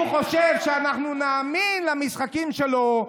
הוא חושב שאנחנו נאמין למשחקים שלו,